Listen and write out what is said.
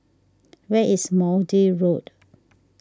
where is Maude Road